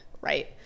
right